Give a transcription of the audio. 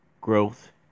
growth